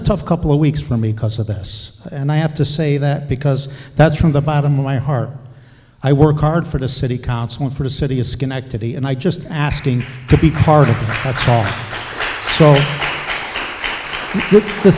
a tough couple of weeks for me because of this and i have to say that because that's from the bottom of my heart i work hard for the city council and for the city of schenectady and i just asking to be part of the